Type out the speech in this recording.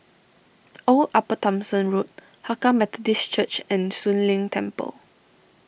Old Upper Thomson Road Hakka Methodist Church and Soon Leng Temple